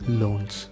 loans